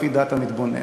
לפי דעת המתבונן.